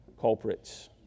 culprits